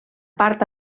part